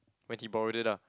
when he borrowed it ah